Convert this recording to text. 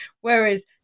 whereas